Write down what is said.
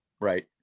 right